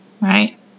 Right